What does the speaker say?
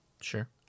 Sure